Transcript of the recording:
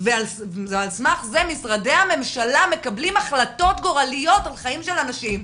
ועל סמך זה משרדי הממשלה מקבלים החלטות גורליות על חיים של אנשים,